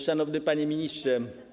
Szanowny Panie Ministrze!